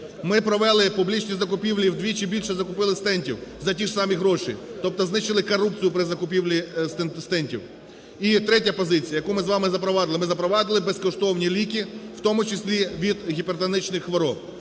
Ми провели публічні закупівлі, вдвічі більше стентів, за ті ж самі гроші, тобто знищили корупцію при закупівлі стентів. І третя позиція, яку ми з вами запровадили, ми з вами запровадили безкоштовні ліки в тому числі від гіпертонічних хвороб.